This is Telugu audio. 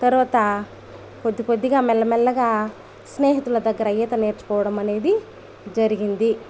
తర్వాత కొద్ది కొద్దిగా మెల్లమెల్లగా స్నేహితుల దగ్గర ఈత నేర్చుకోవడం అనేది జరిగింది